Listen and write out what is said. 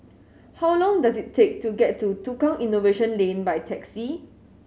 how long does it take to get to Tukang Innovation Lane by taxi